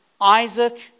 Isaac